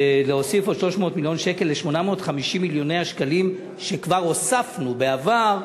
להוסיף עוד 300 מיליון שקל ל-850 מיליוני השקלים שכבר הוספנו בעבר,